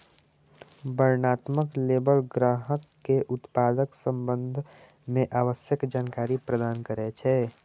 वर्णनात्मक लेबल ग्राहक कें उत्पादक संबंध मे आवश्यक जानकारी प्रदान करै छै